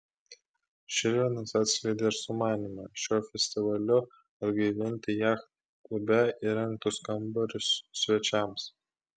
žilvinas atskleidė ir sumanymą šiuo festivaliu atgaivinti jachtklube įrengtus kambarius svečiams